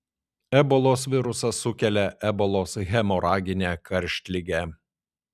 ebolos virusas sukelia ebolos hemoraginę karštligę